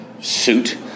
suit